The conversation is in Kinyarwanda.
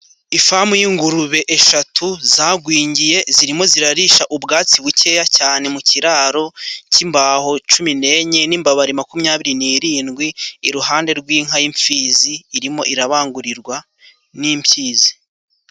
Ifamu y'ingurube eshatu zagwingiye, zirimo zirarisha ubwatsi bukeya cyane. Mu kiraro cy'imbaho cumi n'enye n'imbabari makumyabiri nirindwi, iruhande rw'inka y'imfizi irimo irabangurirwa n'imfizi.